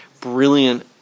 brilliant